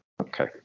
Okay